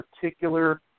particular